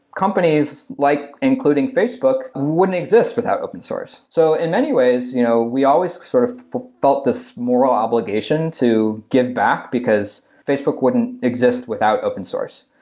companies like including facebook wouldn't exist without open source. so, in many ways, you know we always sort of felt this moral obligation to give back, because facebook wouldn't exist without open source.